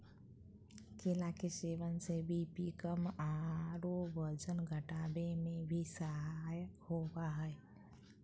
केला के सेवन से बी.पी कम आरो वजन घटावे में भी सहायक होबा हइ